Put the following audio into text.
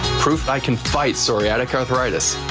proof i can fight psoriatic arthritis.